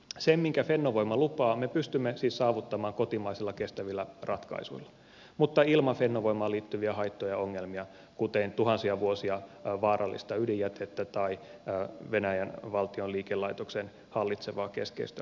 sen minkä fennovoima lupaa me pystymme siis saavuttamaan kotimaisilla kestävillä ratkaisuilla mutta ilman fennovoimaan liittyviä haittoja ja ongelmia kuten tuhansia vuosia vaarallista ydinjätettä tai venäjän valtion liikelaitoksen hallitsevaa keskeistä osuutta